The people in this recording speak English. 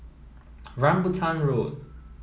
Rambutan Road